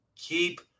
keep